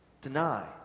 deny